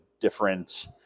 different